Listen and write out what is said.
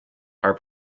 are